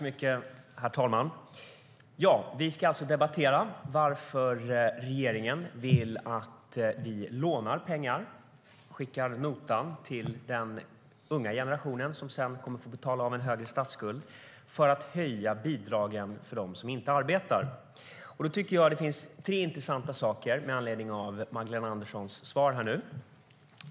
Herr talman! Vi ska alltså debattera varför regeringen vill att vi lånar pengar och skickar notan till den unga generationen - som sedan kommer att få betala av en högre statsskuld - för att höja bidragen för dem som inte arbetar. Jag tycker att det finns tre intressanta saker att säga med anledning av Magdalena Anderssons svar.